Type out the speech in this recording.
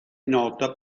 nota